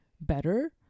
better